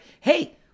hey